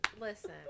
listen